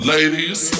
Ladies